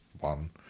one